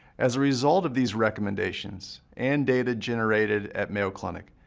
as a result of these recommendations and data generated at mayo clinic,